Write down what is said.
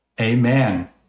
Amen